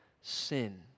sin